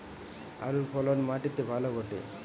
আলুর ফলন মাটি তে ভালো ঘটে?